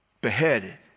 beheaded